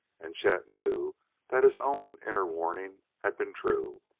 and chet knew that his own inner warning had been true.